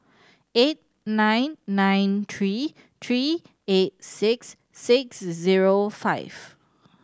eight nine nine three three eight six six zero five